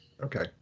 okay